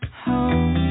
home